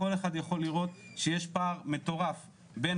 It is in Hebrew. כל אחד יכול לראות שיש פער מטורף בין